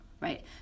Right